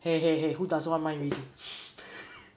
!hey! !hey! !hey! who doesn't want mind reading